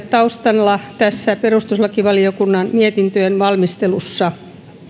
taustalla tässä perustuslakivaliokunnan mietintöjen valmistelussa